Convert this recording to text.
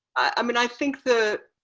i mean, i think the,